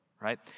right